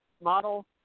model